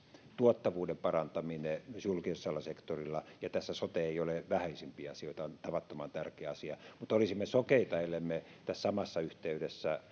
tuottavuuden parantaminen myös julkisella sektorilla ja tässä sote ei ole vähäisimpiä asioita on tavattoman tärkeä asia mutta olisimme sokeita ellemme tässä samassa yhteydessä